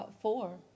Four